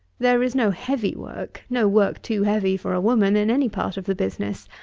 there is no heavy work, no work too heavy for a woman in any part of the business,